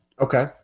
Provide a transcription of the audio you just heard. Okay